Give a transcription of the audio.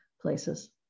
places